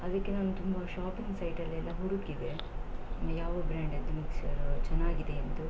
ಅದಕ್ಕೆ ನಾನು ತುಂಬ ಶಾಪಿಂಗ್ ಸೈಟಲ್ಲೆಲ್ಲ ಹುಡುಕಿದೆ ಯಾವ ಬ್ರ್ಯಾಂಡದ್ದು ಮಿಕ್ಸರು ಚೆನ್ನಾಗಿದೆ ಎಂದು